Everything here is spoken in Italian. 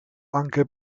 anche